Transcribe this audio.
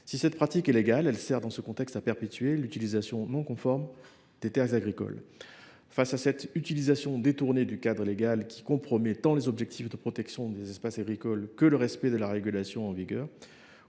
telle pratique soit légale, elle sert en l’espèce à perpétuer l’utilisation non conforme des terres agricoles. Face à un tel détournement du cadre légal, qui compromet tant les objectifs de protection des espaces agricoles que le respect de la régulation, comment